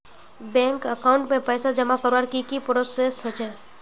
Bank account में पैसा जमा करवार की की प्रोसेस होचे?